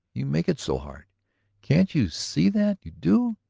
you make it so hard can't you see that you do.